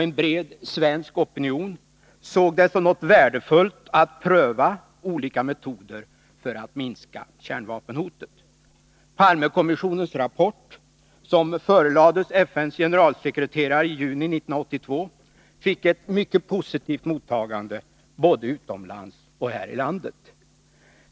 En bred svensk opinion såg det som något värdefullt att pröva olika metoder för att minska kärnvapenhotet. Palmekommissionens rapport, som förelades FN:s generalsekreterare i juni 1982, fick ett mycket positivt mottagande både utomlands och här i landet.